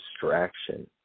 distraction